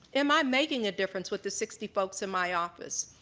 am i making a difference with the sixty folks in my office?